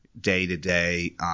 day-to-day